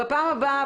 בפעם הבאה,